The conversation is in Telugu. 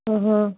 ఓహో